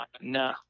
no